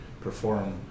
perform